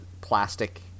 plastic